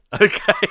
Okay